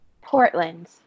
Portland